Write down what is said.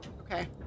Okay